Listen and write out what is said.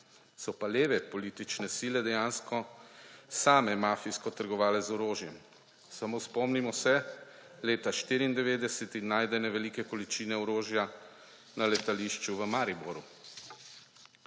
So pa leve politične sile dejansko same mafijsko trgovale z orožjem. Samo spomnimo se leta 1994 in najdene velike količine orožja na letališču v Mariboru.